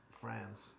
France